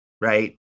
right